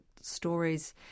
stories